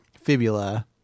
fibula